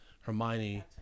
Hermione